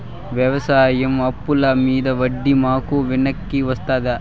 వ్యవసాయ అప్పుల మీద వడ్డీ మాకు వెనక్కి వస్తదా?